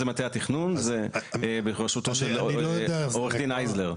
היום זה מטה התכנון בראשותו של עורך דין הייזלר.